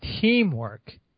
teamwork